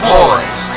Boys